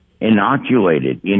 inoculated